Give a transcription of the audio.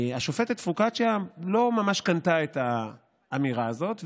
השופטת פרוקצ'יה לא ממש קנתה את האמירה הזאת,